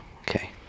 Okay